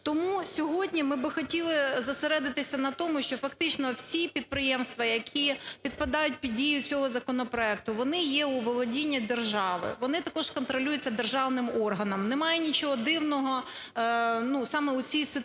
Тому сьогодні ми би хотіли зосередитися на тому, що фактично всі підприємства, які підпадають під дію цього законопроекту, вони є у володінні держави, вони також контролюються державним органом. Немає нічого дивного саме у цій ситуації.